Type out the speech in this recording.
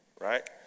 right